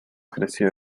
creció